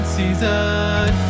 season